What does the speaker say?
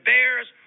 Bears